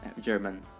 German